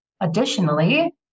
Additionally